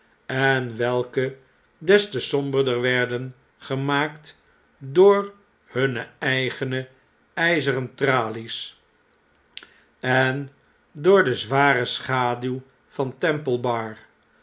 en welke des te somberder werden gemaakt door hunne eigene fizeren tralies en door de zware schaduw van